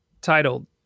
titled